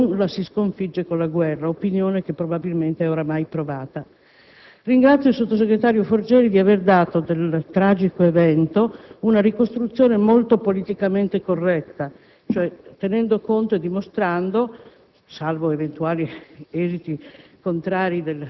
Per questa ragione, la nostra posizione sul terrorismo è che non la si sconfigge con la guerra; opinione probabilmente ormai provata. Ringrazio il sottosegretario Forcieri per aver dato del tragico evento una ricostruzione molto politicamente corretta, tenendo conto e dimostrando,